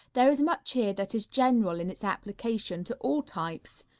there is much here that is general in its application to all types,